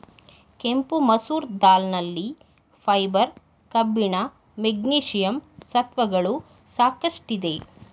ಕೆಂಪು ಮಸೂರ್ ದಾಲ್ ನಲ್ಲಿ ಫೈಬರ್, ಕಬ್ಬಿಣ, ಮೆಗ್ನೀಷಿಯಂ ಸತ್ವಗಳು ಸಾಕಷ್ಟಿದೆ